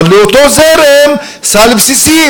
אבל לאותו זרם סל בסיסי,